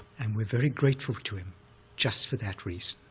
and we're very grateful to him just for that reason.